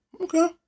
Okay